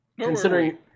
Considering